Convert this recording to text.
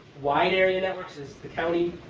wide area networks is the county.